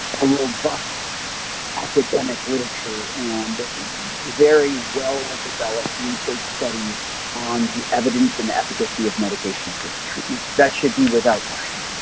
a robust academic literature and very well-developed research studies on the evidence and efficacy of medications-assisted treatment. that should be without question.